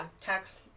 tax